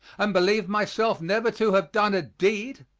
and believe myself never to have done a deed,